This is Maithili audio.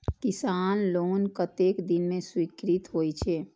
किसान लोन कतेक दिन में स्वीकृत होई छै?